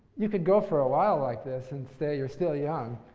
you could go for a while like this and say, you're still young.